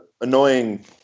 annoying